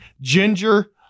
ginger